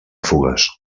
fugues